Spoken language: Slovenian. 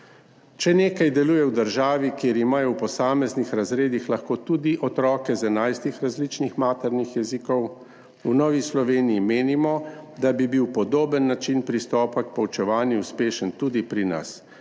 Če nekaj deluje v državi, kjer imajo v posameznih razredih lahko tudi otroke z 11 različnimi maternimi jeziki, v Novi Sloveniji menimo, da bi bil podoben način pristopa k poučevanju uspešen tudi pri nas,